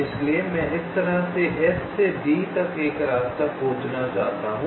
इसलिए मैं इस तरह से S से D तक एक रास्ता खोजना चाहता हूं